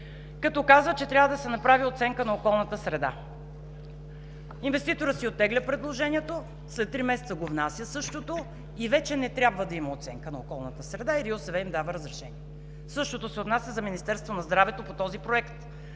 като казва, че трябва да се направи оценка на околната среда. Инвеститорът си оттегля предложението, след три месеца внася същото – вече не трябва да има оценка на околната среда и РИОСВ му дава разрешение. Същото се отнася за Министерството на здравето по този проект.